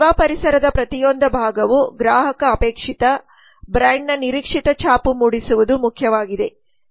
ಸೇವಾ ಪರಿಸರದ ಪ್ರತಿಯೊಂದು ಭಾಗವು ಗ್ರಾಹಕ ಅಪೇಕ್ಷಿತ ಬ್ರ್ಯಾಂಡ್ ನ ನಿರೀಕ್ಸಿತ ಛಾಪು ಮೂಡಿಸುವುದು ಮುಖ್ಯವಾಗಿದೆ